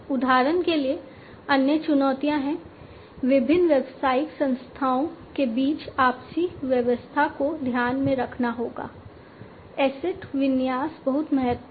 उदाहरण के लिए अन्य चुनौतियां हैं विभिन्न व्यावसायिक संस्थाओं के बीच आपसी व्यवस्था को ध्यान में रखना होगा एसेट में बहुत महत्वपूर्ण हैं